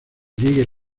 llegue